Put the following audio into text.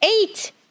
Eight